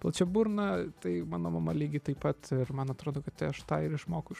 plačia burna tai mano mama lygiai taip pat ir man atrodo kad tai aš tai ir išmokau iš